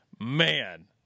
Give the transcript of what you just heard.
Man